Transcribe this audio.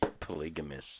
polygamous